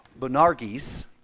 Bonargis